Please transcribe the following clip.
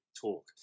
talk